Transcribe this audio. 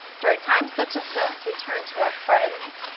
during times such as this, we turn to our friends,